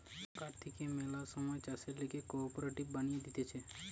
সরকার থাকে ম্যালা সময় চাষের লিগে কোঅপারেটিভ বানিয়ে দিতেছে